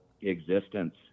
existence